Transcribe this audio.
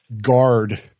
guard